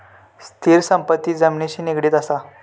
स्थिर संपत्ती जमिनिशी निगडीत असा